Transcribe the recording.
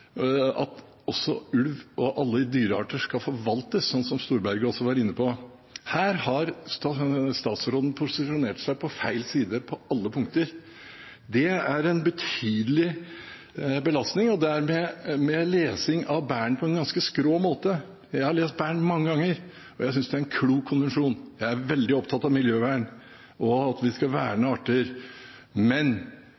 Storberget også var inne på. Her har statsråden posisjonert seg på feil side på alle punkter. Det er en betydelig belastning, og det er å lese Bern-konvensjonen på en ganske «skrå» måte. Jeg har lest Bern-konvensjonen mange ganger, og jeg synes det er en klok konvensjon. Jeg er veldig opptatt av miljøvern og av at vi skal verne